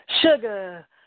sugar